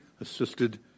assisted